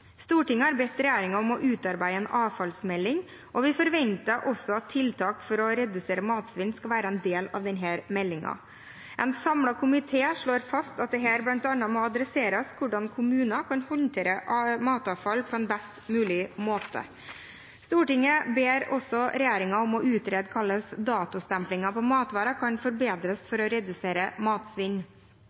Stortinget har bedt regjeringen om å utarbeide en avfallsmelding, og vi forventer også at tiltak for å redusere matsvinn skal være en del av denne meldingen. En samlet komité slår fast at det her bl.a. må adresseres hvordan kommuner kan håndtere matavfall på en best mulig måte. Stortinget ber også regjeringen om å utrede hvordan datostemplingen på matvarer kan forbedres for å redusere matsvinn.